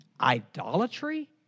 idolatry